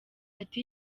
ati